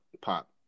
Pop